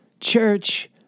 church